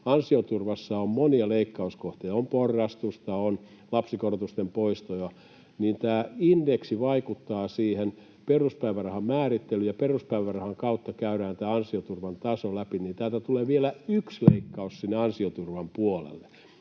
ansioturvassa on monia leikkauskohtia — on porrastusta, on lapsikorotusten poistoja — ja indeksi vaikuttaa siihen peruspäivärahan määrittelyyn ja peruspäivärahan kautta käydään ansioturvan taso läpi, niin täältä tulee vielä yksi leikkaus sinne ansioturvan puolelle.